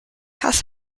has